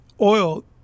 oil